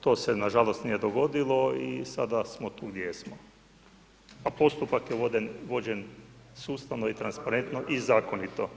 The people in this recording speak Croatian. to se, nažalost, nije dogodilo i sada smo tu gdje jesmo, a postupak je vođen sustavno i transparentno i zakonito.